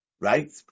right